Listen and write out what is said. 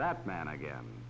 that man again